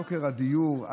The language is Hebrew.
יוקר הדיור,